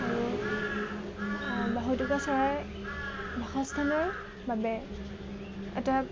আৰু বাঢ়ৈটোকা চৰাই বাসস্থানৰ বাবে এটা